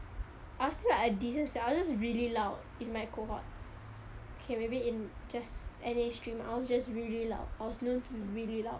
I was still like sia I was just really loud in my cohort okay maybe in just N_A stream I was just really loud I was known to be really loud